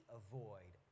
avoid